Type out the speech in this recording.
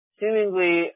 seemingly